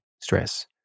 stress